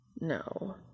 No